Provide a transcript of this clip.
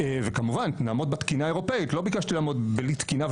וכמובן נעמוד בתקינה האירופאית לא ביקשתי לעמוד בלי תקינה.